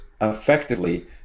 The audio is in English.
effectively